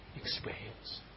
experience